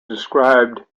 described